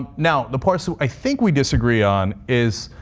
ah now the part so i think we disagree on is,